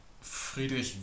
Friedrich